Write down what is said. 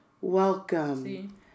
Welcome